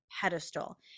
pedestal